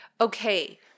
Okay